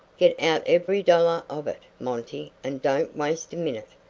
get out every dollar of it, monty, and don't waste a minute.